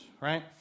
right